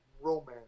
romance